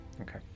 Okay